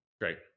Great